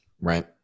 right